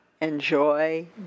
enjoy